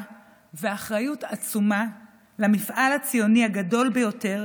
ואחריות עצומה למפעל הציוני הגדול ביותר